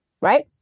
right